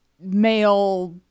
male